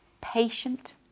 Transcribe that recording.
patient